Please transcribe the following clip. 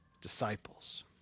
disciples